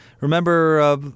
remember